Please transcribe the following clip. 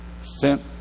sent